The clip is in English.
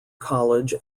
college